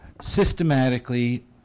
systematically